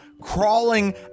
crawling